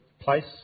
place